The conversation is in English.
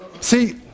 see